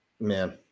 Man